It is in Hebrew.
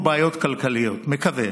אני מקווה מאוד שאין פה בעיות כלכליות, מקווה,